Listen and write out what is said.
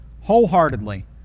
Wholeheartedly